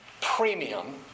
premium